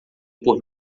por